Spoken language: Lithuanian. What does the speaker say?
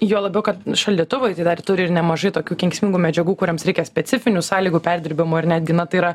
juo labiau kad šaldytuvai tai dar turi ir nemažai tokių kenksmingų medžiagų kurioms reikia specifinių sąlygų perdirbimo ir netgi na tai yra